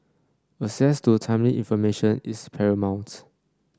access to timely information is paramount